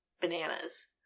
bananas